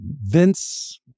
Vince